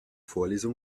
vorlesung